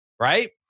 right